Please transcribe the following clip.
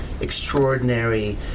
extraordinary